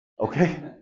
Okay